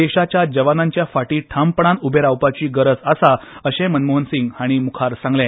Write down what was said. देशाच्या जवानांचे फाटी ठामपणान उबे रावपाची गरज आसा अशेय मनमोहन सिंग हाणी म्हळे